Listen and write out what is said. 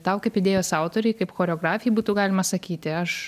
tau kaip idėjos autorei kaip choreografei būtų galima sakyti aš